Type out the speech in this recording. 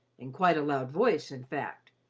in quite a loud voice, in fact.